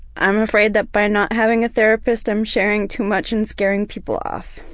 i'm afraid that by not having a therapist i'm sharing too much and scaring people off.